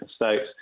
mistakes